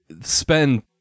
spend